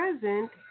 present